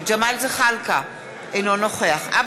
אינה נוכחת ג'מאל זחאלקה,